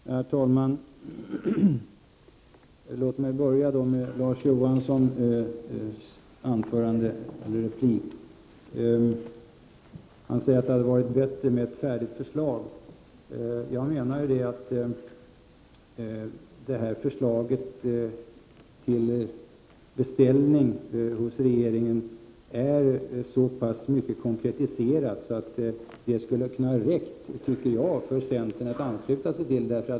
Herr talman! Låt mig först få anknyta till Larz Johanssons replik. Han sade att det skulle ha varit bättre med ett färdigt förslag. Jag menar att detta förslag till beställning hos regeringen är så pass konkretiserat att det borde ha räckt för att centern skulle kunna ansluta sig till det.